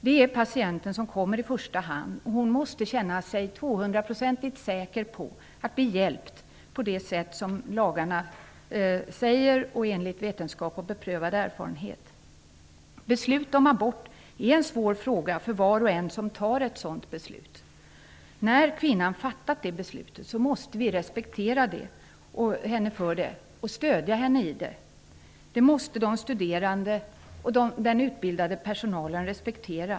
Det är patienten som kommer i första hand. Hon måste känna sig 200 procentigt säker på att bli hjälpt på det sätt som lagarna säger och enligt vetenskap och beprövad erfarenhet. Beslut om abort är en svår fråga för var och en som befinner sig i den situationen. När kvinnan har fattat ett sådant beslut måste vi respektera det och stödja henne. Det måste de studerande och den utbidlade personalen respektera.